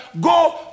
go